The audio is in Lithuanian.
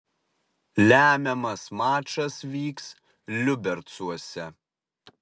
lemiamas mačas vyks liubercuose